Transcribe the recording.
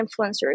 influencers